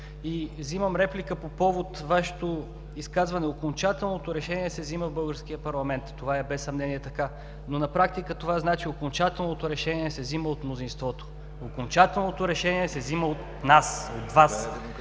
Взимам реплика по повод Вашето изказване: окончателното решение се взима от българския парламент. Това без съмнение е така, но на практика това значи: окончателното решение се взима от мнозинството. Окончателното решение се взима от нас, от Вас